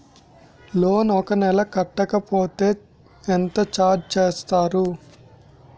Loan ఒక నెల కట్టకపోతే ఎంత ఛార్జ్ చేస్తారు?